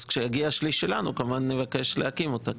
כשיגיע השליש שלנו כמובן נבקש להקים אותה.